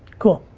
cool.